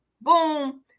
Boom